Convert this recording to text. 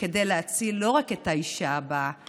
כדי להציל לא רק את האישה הבאה,